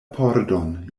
pordon